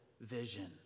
vision